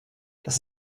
das